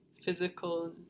physical